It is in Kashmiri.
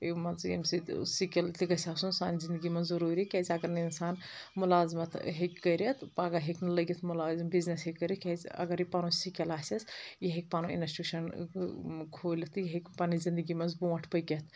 مان ژٕ ییٚمہِ سۭتۍ سِکِل تہِ گژھِ آسُن سانہِ زندگی منٛز ضٔروٗری کیٛازِ اَگر نہٕ اِنسان مُلازمَت ہیٚکہِ کٔرِتھ پَگاہ ہیٚکہِ نہٕ لٔگِتھ مُلازِم بِزنِس ہیٚکہِ کٔرِتھ کیٛازِ اَگر یہِ پَنُن سِکِل آسٮ۪س یہِ ہیٚکہِ پَنُن اِنَسٹیوٗشَن کھوٗلِتھ تہٕ یہِ ہیٚکہِ پَنٕنۍ زندگی منٛز برٛونٛٹھ پٔکِتھ